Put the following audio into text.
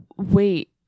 wait